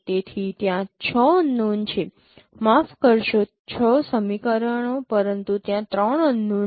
તેથી ત્યાં 6 અનનોન છે માફ કરશો 6 સમીકરણો પરંતુ ત્યાં 3 અનનોન છે